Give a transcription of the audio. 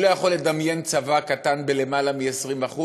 אני לא יכול לדמיין צבא קטן ביותר מ-20%,